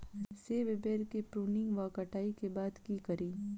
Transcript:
सेब बेर केँ प्रूनिंग वा कटाई केँ बाद की करि?